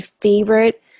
favorite